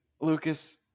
Lucas